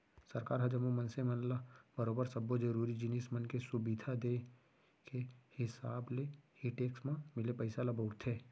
सरकार ह जम्मो मनसे मन ल बरोबर सब्बो जरुरी जिनिस मन के सुबिधा देय के हिसाब ले ही टेक्स म मिले पइसा ल बउरथे